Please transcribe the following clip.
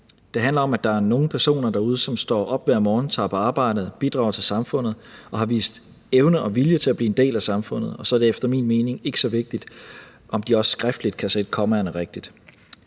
Det handler om, at der er nogle personer derude, som står op hver morgen, tager på arbejde, bidrager til samfundet og har vist evne og vilje til at blive en del af samfundet, og så er det efter min mening ikke så vigtigt, om de også skriftligt kan sætte kommaerne rigtigt.